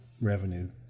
revenue